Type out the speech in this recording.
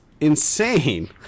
insane